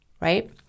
right